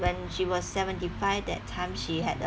when she was seventy five that time she had